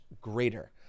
greater